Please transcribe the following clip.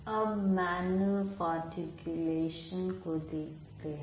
अब manner of articulation को देखते हैं